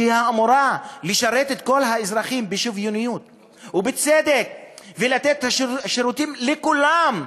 שאמורה לשרת את כל האזרחים בשוויוניות ובצדק ולתת שירותים לכולם,